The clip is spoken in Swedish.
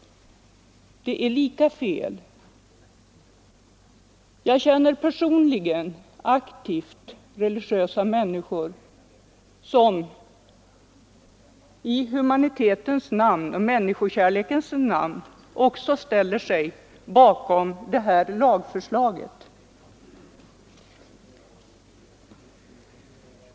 Det är lika felaktigt. Jag känner personligen aktivt religiösa människor som i humanitetens och människokärlekens namn också ställer sig bakom detta lagförslag.